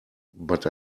but